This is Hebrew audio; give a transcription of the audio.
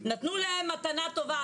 נתנו להם מתנה טובה,